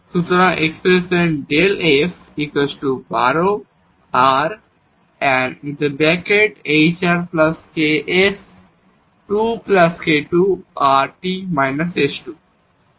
সুতরাং এই expression Δ f 12r hrks 2k2